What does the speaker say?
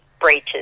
breaches